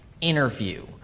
interview